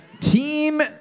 Team